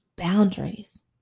boundaries